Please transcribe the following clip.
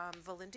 Valinda